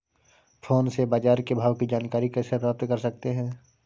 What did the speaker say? Phone से बाजार के भाव की जानकारी कैसे प्राप्त कर सकते हैं?